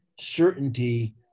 certainty